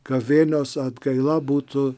gavėnios atgaila būtų